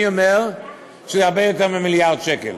אני אומר שזה הרבה יותר ממיליארד שקל,